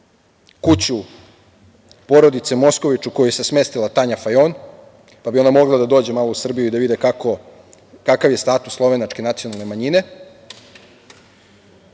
kuću porodice Moskovič, u kojoj se smestila Tanja Fajon, pa bi ona mogla da dođe malo u Srbiju da vidi kakav je status slovenačke nacionalne manjine,